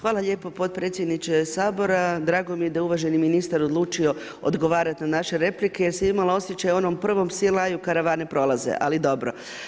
Hvala lijepo potpredsjedniče Sabora, drago mi je da je uvaženi ministar odlučio odgovarati na naše replike, jer sam imala osjećaj u onom prvom psi laju karavane prolaze, ali dobro.